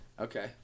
Okay